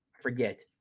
forget